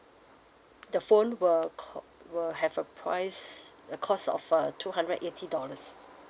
the phone will co~ will have a price a cost of uh two hundred eighty dollars